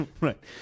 Right